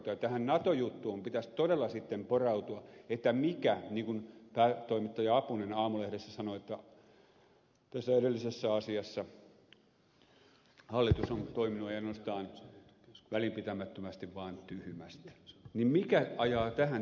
tähän nato juttuun pitäisi todella sitten porautua että mikä niin kuin päätoimittaja apunen aamulehdessä sanoi että tässä edellisessä asiassa hallitus on toiminut ei ainoastaan välinpitämättömästi vaan tyhmästi niin mikä ajaa tähän tyhmyyteen